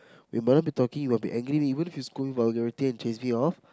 we might not be talking you might be angry even if you scold vulgarity and chase me off